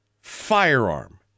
firearm